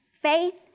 Faith